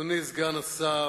אדוני סגן השר,